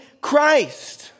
Christ